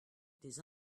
des